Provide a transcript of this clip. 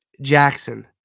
Jackson